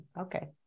Okay